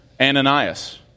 Ananias